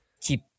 keep